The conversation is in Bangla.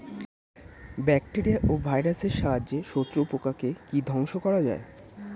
ব্যাকটেরিয়া ও ভাইরাসের সাহায্যে শত্রু পোকাকে কি ধ্বংস করা যায়?